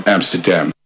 Amsterdam